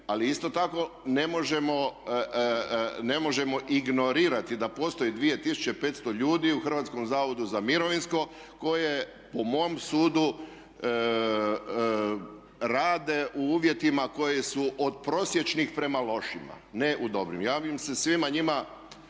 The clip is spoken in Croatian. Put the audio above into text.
Ali isto tako ne možemo ignorirati da postoji 2500 ljudi u HZMO-u koje po mojem sudu rade u uvjetima koji su od prosječnih prema lošima, ne u dobrim. Ja se svima njima